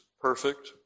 perfect